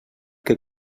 que